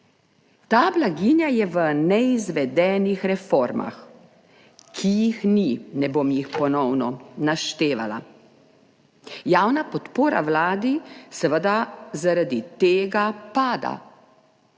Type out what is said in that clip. Ta blaginja je v neizvedenih reformah, ki jih ni. Ne bom jih ponovno naštevala. Javna podpora Vladi seveda zaradi tega pada,